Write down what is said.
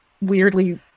weirdly